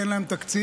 כי אין להם תקציב.